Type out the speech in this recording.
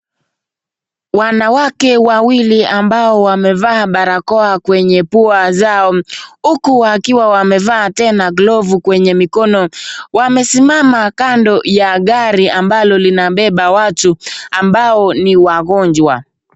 Wanawake wawili ambao wamevaa barakoa kwenye pua zao huku wakiwa wamevaa tena glovu kwenye mikono. Wamesimama kando ya gari ambalo linabeba watu ambao ni wagonjwa.